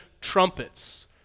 trumpets